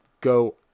go